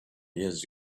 years